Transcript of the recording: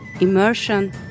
immersion